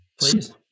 Please